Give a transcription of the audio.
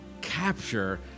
capture